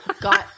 got